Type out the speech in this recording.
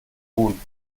tun